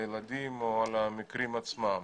על הילדים או על המקרים עצמם